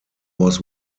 was